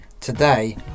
Today